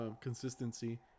consistency